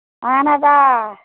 اَہَن حظ آ